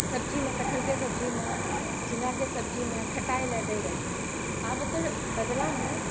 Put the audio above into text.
सब्जीमे कटहलके सब्जीमे झिंगाके सब्जीमे खटाइ ला दै रहथिन आब ओकर बदलामे